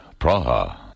Praha